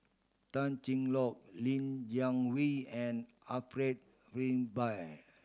Tan Cheng Lock Li Jiawei and Alfred Frisby